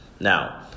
Now